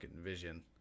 Vision